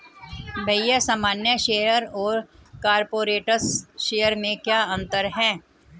भैया सामान्य शेयर और कॉरपोरेट्स शेयर में क्या अंतर है?